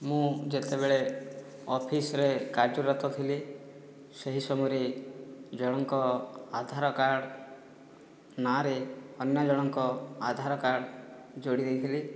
ମୁଁ ଯେତେବେଳେ ଅଫିସ୍ରେ କାର୍ଯ୍ୟରତ ଥିଲି ସେହି ସମୟରେ ଜଣଙ୍କ ଆଧାର କାର୍ଡ଼ ନାଁରେ ଅନ୍ୟ ଜଣଙ୍କ ଆଧାର କାର୍ଡ଼ ଯୋଡ଼ିଦେଇଥିଲି